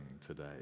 today